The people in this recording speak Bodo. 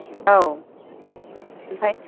औ ओमफाय